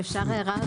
אפשר הערה?